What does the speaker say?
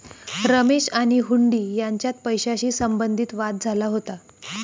रमेश आणि हुंडी यांच्यात पैशाशी संबंधित वाद झाला होता